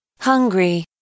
Hungry